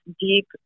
deep